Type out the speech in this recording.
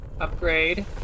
upgrade